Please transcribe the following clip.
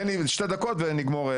תן לי שתי דקות ונגמור,